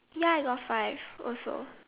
ya I got five also